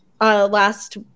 last